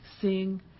Sing